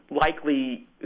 likely